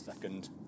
second